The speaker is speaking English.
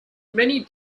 many